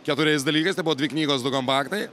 keturiais dalykais tai buvo dvi knygos du kompaktai